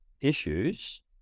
issues